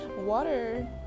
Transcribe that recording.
water